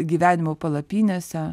gyvenimo palapinėse